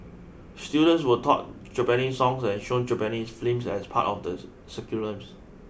students were taught Japanese songs and shown Japanese films as part of the